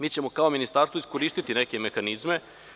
Mi ćemo kao ministarstvo iskoristićemo neke mehanizme.